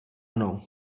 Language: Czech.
mnou